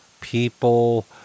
people